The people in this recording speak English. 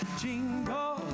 jingle